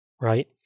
right